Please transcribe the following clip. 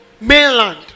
mainland